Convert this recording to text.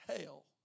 hell